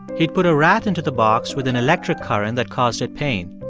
he'd put a rat into the box with an electric current that caused it pain.